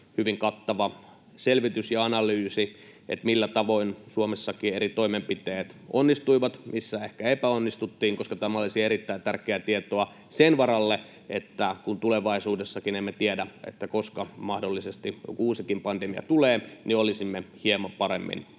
hyvin kattava selvitys ja analyysi siitä, millä tavoin Suomessakin eri toimenpiteet onnistuivat, missä ehkä epäonnistuttiin, koska tämä olisi erittäin tärkeää tietoa sen varalle, kun tulevaisuudessakaan emme tiedä, koska mahdollisesti uusi pandemia tulee, niin että olisimme hieman paremmin